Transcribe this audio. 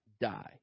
die